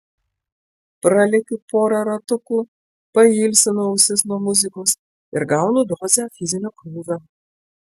pralekiu porą ratukų pailsinu ausis nuo muzikos ir gaunu dozę fizinio krūvio